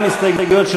גם ההסתייגויות של